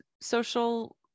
social